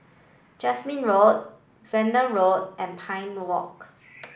Jasmine Road Verdun Road and Pine Walk